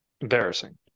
embarrassing